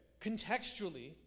contextually